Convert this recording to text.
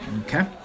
Okay